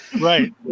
Right